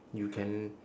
you can